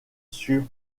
sur